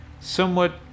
somewhat